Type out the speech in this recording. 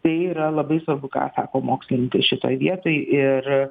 tai yra labai svarbu ką sako mokslininkai šitoj vietoj ir